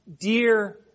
dear